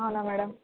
అవునా మేడం